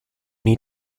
need